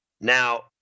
Now